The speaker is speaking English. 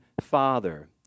Father